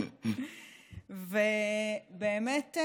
אבל באמת,